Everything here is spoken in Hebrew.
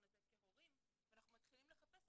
הזה כהורים ואנחנו מתחילים לחפש,